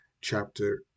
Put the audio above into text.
chapter